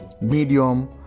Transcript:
medium